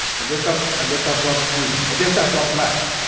i guess that's i guess that's what's needed. i guess that's what's left.